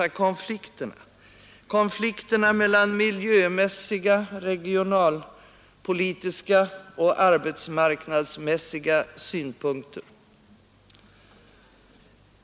Något om konflikterna mellan miljömässiga, regionalka och arbetsmarknadsmässiga synpunkter!